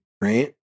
right